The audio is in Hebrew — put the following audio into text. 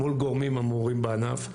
מול גורמים המעורים בענף,